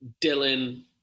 Dylan